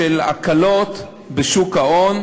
ומתוך כך שהכנסת קבעה זאת,